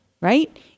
right